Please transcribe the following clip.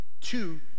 Two